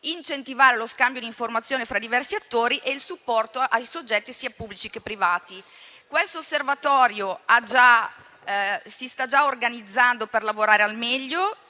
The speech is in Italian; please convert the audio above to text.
incentivare lo scambio di informazioni fra i diversi attori e di fornire supporto ai soggetti sia pubblici che privati. Questo Osservatorio si sta già organizzando per lavorare al meglio,